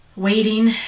waiting